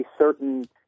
certain